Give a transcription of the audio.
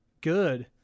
good